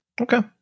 Okay